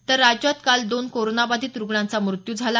तर राज्यात काल दोन कोरोनाबाधित रुग्णांचा मृत्यू झाला